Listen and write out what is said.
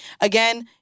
Again